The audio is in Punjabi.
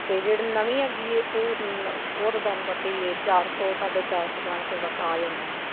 ਤੇ ਜਿਹੜੇ ਨਵੀਂ ਹੈਗੀ ਹੈ ਉਹ ਤੁਹਾਨੂੰ ਪਤਾ ਹੀ ਹੈ ਚਾਰ ਸੌ ਸਾਢੇ ਚਾਰ ਸੌ ਪੰਜ ਸੌ ਤੱਕ ਆ ਜਾਂਦੀ ਹੈ